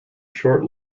short